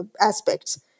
aspects